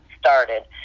started